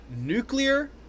nuclear